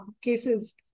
cases